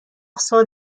سال